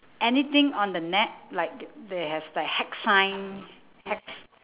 anything on the net like t~ they has the hex sign hex